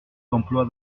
d’emplois